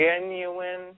genuine